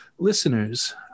listeners